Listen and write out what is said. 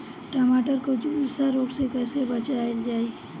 टमाटर को जुलसा रोग से कैसे बचाइल जाइ?